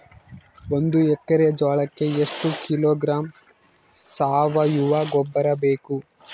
ಒಂದು ಎಕ್ಕರೆ ಜೋಳಕ್ಕೆ ಎಷ್ಟು ಕಿಲೋಗ್ರಾಂ ಸಾವಯುವ ಗೊಬ್ಬರ ಬೇಕು?